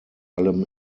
allem